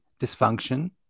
dysfunction